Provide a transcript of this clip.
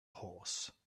horse